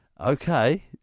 Okay